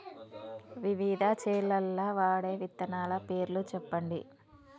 వివిధ చేలల్ల వాడే విత్తనాల పేర్లు చెప్పండి?